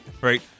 Right